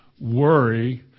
worry